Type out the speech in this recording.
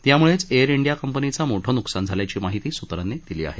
त्याम्ळेच Air India कंपनीचं मोठं न्कसान झाल्याची माहिती सूत्रांकडून मिळत आहे